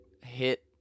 hit